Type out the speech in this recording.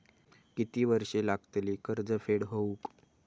किती वर्षे लागतली कर्ज फेड होऊक?